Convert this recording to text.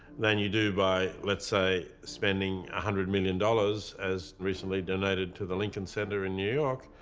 than you do by let's say spending a hundred million dollars as recently donated to the lincoln center in new york,